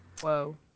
whoa